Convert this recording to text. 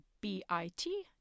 b-i-t